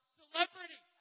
celebrity